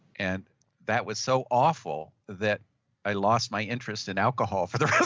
and that was so awful that i lost my interest in alcohol for the rest